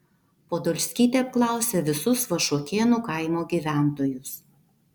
podolskytė apklausė visus vašuokėnų kaimo gyventojus